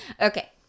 Okay